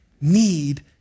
need